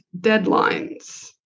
deadlines